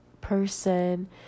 person